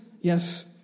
yes